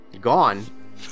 Gone